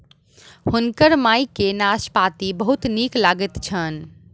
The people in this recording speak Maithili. हुनकर माई के नाशपाती बहुत नीक लगैत छैन